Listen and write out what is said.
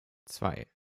zwei